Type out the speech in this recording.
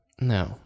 No